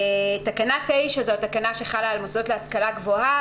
תקנה 9 היא התקנה שחלה על מוסדות להשכלה גבוהה,